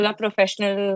professional